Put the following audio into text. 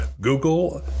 Google